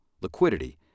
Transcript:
liquidity